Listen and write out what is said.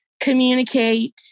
Communicate